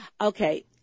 okay